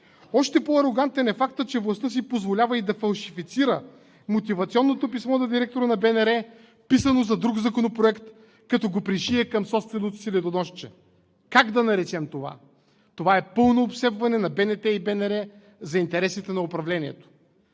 Още по-арогантен е фактът, че властта си позволява и да фалшифицира мотивационното писмо на директора на БНР, писано за друг законопроект, като го пришие към собственото си недоносче. Как да наречем това? Това е пълно обсебване на БНТ и БНР за интересите на управлението.